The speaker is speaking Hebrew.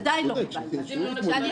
עדיין לא קיבלנו אותה.